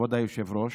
כבוד היושב-ראש,